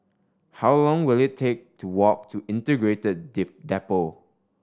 how long will it take to walk to Integrated Depot